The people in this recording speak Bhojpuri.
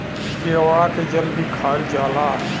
केवड़ा के जल भी खायल जाला